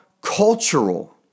cultural